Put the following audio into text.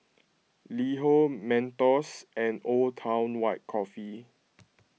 LiHo Mentos and Old Town White Coffee